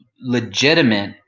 legitimate